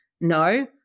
No